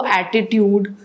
attitude